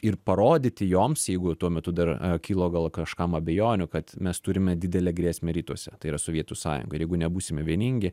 ir parodyti joms jeigu tuo metu dar kilo gal kažkam abejonių kad mes turime didelę grėsmę rytuose tai yra sovietų sąjunga ir jeigu nebūsime vieningi